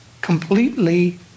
completely